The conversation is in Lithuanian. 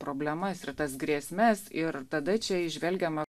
problemas ir tas grėsmes ir tada čia įžvelgiama